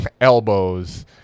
elbows